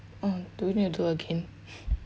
uh do we need to do again